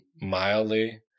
mildly